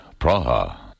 Praha